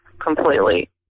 completely